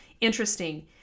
interesting